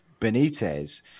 Benitez